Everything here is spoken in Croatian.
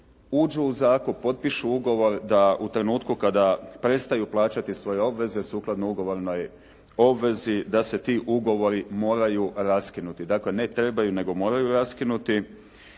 uđu u zakup, potpišu ugovor, da u trenutku kada prestaju plaćati svoje obveze sukladno ugovornoj obvezi da se ti ugovori moraju raskinuti. Dakle, ne trebaju, nego moraju raskinuti.